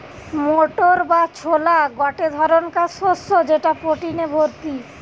motor বা ছোলা গটে ধরণকার শস্য যেটা প্রটিনে ভর্তি